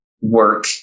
work